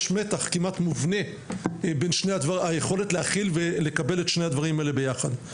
יש מתח כמעט מובנה ביכולת לקבל ולהכיל את שני הדברים האלה יחד.